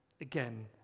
again